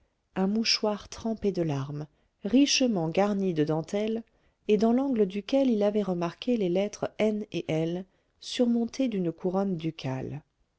un mouchoir trempé de larmes richement garni de dentelles et dans l'angle duquel il avait remarqué les lettres n et l surmontées d'une couronne ducale